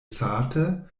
sate